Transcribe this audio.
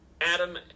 Adam